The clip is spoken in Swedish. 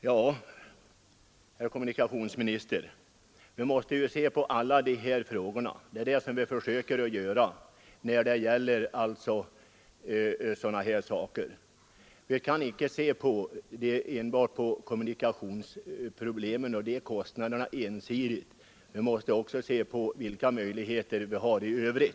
Ja, herr kommunikationsminister, vi måste se till alla aspekter och icke ensidigt på kommunikationsproblemen och kostnaderna. Vi måste också se vilka möjligheter som finns i övrigt.